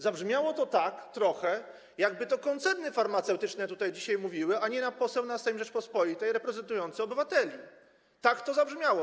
Zabrzmiało to trochę tak, jakby to koncerny farmaceutyczne tutaj dzisiaj mówiły, a nie poseł na Sejm Rzeczypospolitej reprezentujący obywateli, tak to zabrzmiało.